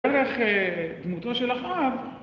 דרך דמותו של אחאב